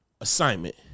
assignment